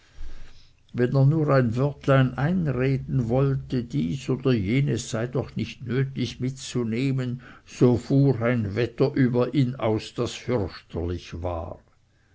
wenn er nur ein wörtlein einreden wollte dies oder jenes sei doch nicht nötig mitzunehmen so fuhr ein wetter über ihn aus das fürchterlich war